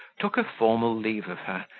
took a formal leave of her,